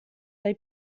dai